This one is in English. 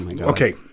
okay